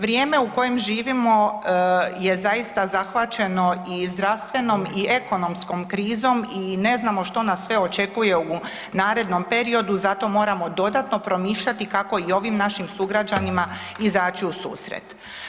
Vrijeme u kojem živimo je zaista zahvaćano i zdravstvenom i ekonomskom krizom i ne znamo što nas sve očekuje u narednom periodu, zato moramo dodatno promišljati kako i ovim našim sugrađanima izaći u susret.